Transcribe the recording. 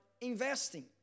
investing